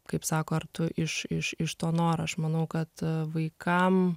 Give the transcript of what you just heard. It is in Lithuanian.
kaip sako ar tu iš iš to noro aš manau kad vaikam